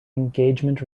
engagement